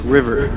River